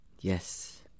Yes